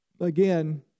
Again